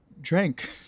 drank